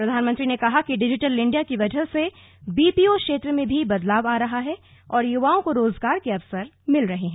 प्रधानमंत्री ने कहा कि डिजिटल इंडिया की वजह से बी पी ओ क्षेत्र में भी बदलाव आ रहा है और युवाओं को रोजगार के अवसर मिल रहे हैं